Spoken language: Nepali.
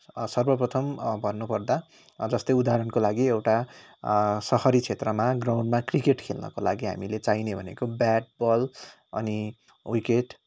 सर्वप्रथम भन्नपर्दा जस्तो उदाहरणको लागि एउटा सहरी क्षेत्रमा ग्राउन्डमा क्रिकेट खेल्नको लागि हामीलाई चाहिने भनेको ब्याट् बल अनि विकेट